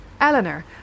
Eleanor